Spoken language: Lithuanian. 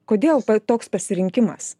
kodėl toks pasirinkimas